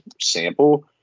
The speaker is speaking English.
sample